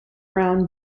round